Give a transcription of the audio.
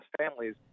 families